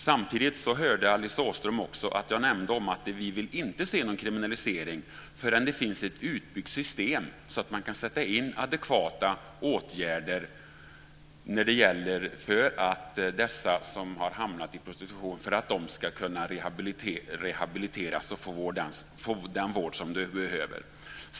Samtidigt hörde Alice Åström att jag nämnde att vi inte vill se någon kriminalisering förrän det finns ett utbyggt system så att man kan sätta in adekvata åtgärder för att de som har hamnat i prostitution ska kunna rehabiliteras och få den vård de behöver.